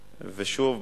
ושוב,